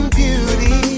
beauty